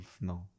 No